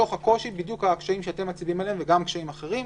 זה מתוך הקשיים שאתם מצביעים עליהם וגם קשיים אחרים,